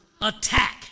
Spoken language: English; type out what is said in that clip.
attack